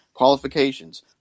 Qualifications